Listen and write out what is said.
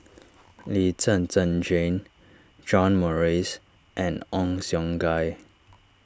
Lee Zhen Zhen Jane John Morrice and Ong Siong Kai